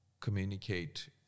communicate